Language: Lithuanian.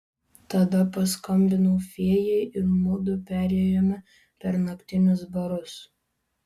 tada paskambinau fėjai ir mudu perėjome per naktinius barus